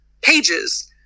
pages